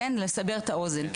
לסבר את האוזן.